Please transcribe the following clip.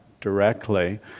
directly